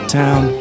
town